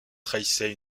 trahissait